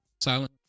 silent